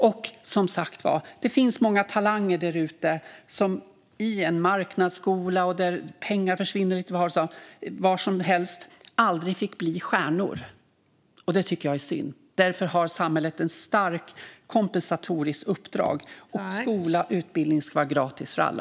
Det finns som sagt många talanger där ute som aldrig fick bli stjärnor i den marknadsskola där pengar försvinner lite var som helst. Det tycker jag är synd. Samhället har ett starkt kompensatoriskt uppdrag. Skola och utbildning ska vara gratis för alla.